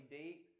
deep